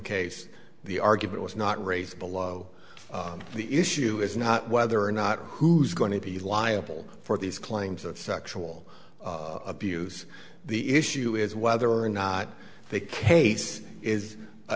case the argument was not raised below the issue is not whether or not who's going to be liable for these claims of sexual abuse the issue is whether or not the case is